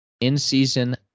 in-season